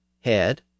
head